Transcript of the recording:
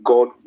God